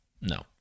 No